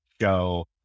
show